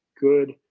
good